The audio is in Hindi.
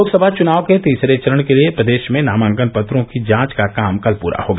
लोकसभा चुनाव के तीसरे चरण के लिये प्रदेष में नामांकन पत्रों की जांच का काम कल पूरा हो गया